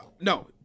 no